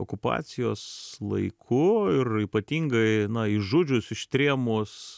okupacijos laiku ir ypatingai išžudžius ištrėmus